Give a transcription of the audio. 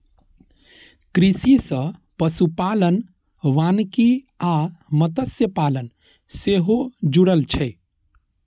कृषि सं पशुपालन, वानिकी आ मत्स्यपालन सेहो जुड़ल छै